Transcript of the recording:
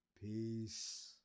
Peace